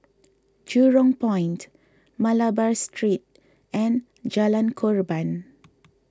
Jurong Point Malabar Street and Jalan Korban